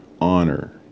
honor